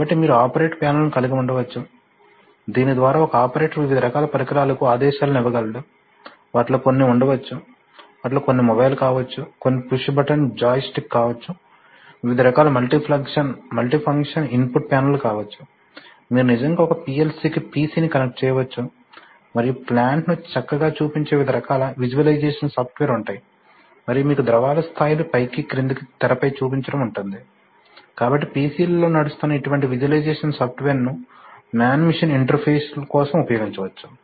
కాబట్టి మీరు ఆపరేటర్ ప్యానెల్లను కలిగి ఉండవచ్చు దీని ద్వారా ఒక ఆపరేటర్ వివిధ రకాల పరికరాలకు ఆదేశాలను ఇవ్వగలడు వాటిలో కొన్ని ఉండవచ్చు వాటిలో కొన్ని మొబైల్ కావచ్చు కొన్ని పుష్ బటన్ జాయ్ స్టిక్ కావచ్చు వివిధ రకాల మల్టీఫంక్షన్ ఇన్పుట్ ప్యానెల్లు కావచ్చు మీరు నిజంగా ఒక PLC కి PC ని కనెక్ట్ చేయవచ్చు మరియు ప్లాంట్ ను చక్కగా చూపించే వివిధ రకాల విజువలైజేషన్ సాఫ్ట్వేర్ ఉంటాయి మరియు మీకు ద్రవాల స్థాయిలు పైకి క్రిందికి తెరపై చూపించడం ఉంటుంది కాబట్టి PC లలో నడుస్తున్న ఇటువంటి విజువలైజేషన్ సాఫ్ట్వేర్ను మ్యాన్ మెషిన్ ఇంటర్ఫేస్ల కోసం ఉపయోగించవచ్చు